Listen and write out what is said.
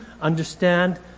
understand